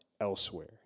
elsewhere